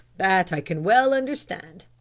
that i can well understand,